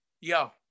Yo